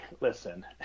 Listen